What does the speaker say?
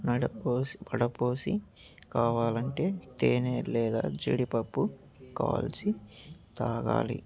నడపోసి వడపోసి కావాలంటే తేనే లేదా జిడిపప్పు కాల్చి తాగాలి